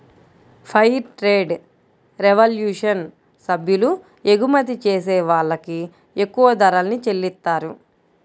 fair trade revolution సభ్యులు ఎగుమతి చేసే వాళ్ళకి ఎక్కువ ధరల్ని చెల్లిత్తారు